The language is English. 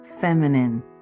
feminine